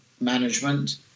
management